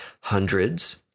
hundreds